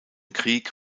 krieg